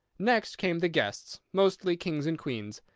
next came the guests, mostly kings and queens,